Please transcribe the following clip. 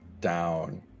down